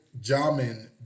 Jamin